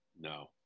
no